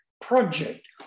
project